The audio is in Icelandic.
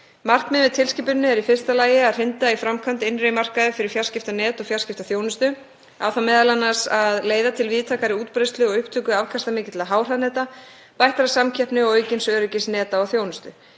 Markmiðið með tilskipuninni er í fyrsta lagi að hrinda í framkvæmd innri markaði fyrir fjarskiptanet og fjarskiptaþjónustu. Á það m.a. að leiða til víðtækari útbreiðslu og upptöku afkastamikilla háhraðaneta, bættrar samkeppni og aukins öryggis neta og þjónustu.